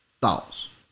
Thoughts